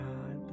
God